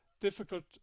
difficult